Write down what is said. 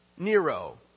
Nero